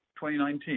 2019